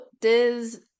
Diz